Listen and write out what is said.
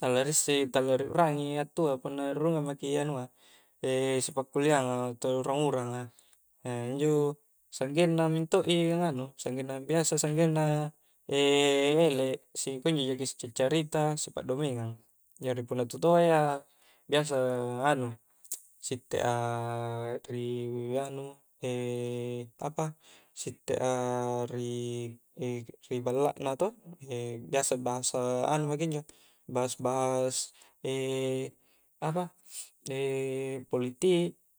tala ri isse tala ri ukrangi hattua punna rurungang mki anua sipakkulianga atau urang-uranga, injo sanggenna mintok i angnganu, biasa sanggenna elek, si kunjo jki sica'carita, sipakdomengang, jari punna tu toa ia biasa anu sitte a ri anu apa sitte a ri ballak na toh biasa bahas anu maki injo bahas-bahas apa politik